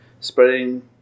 Spreading